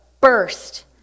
burst